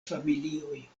familioj